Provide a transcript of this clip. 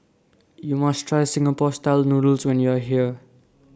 YOU must Try Singapore Style Noodles when YOU Are here